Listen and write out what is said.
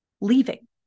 leaving